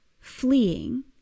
fleeing